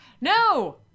No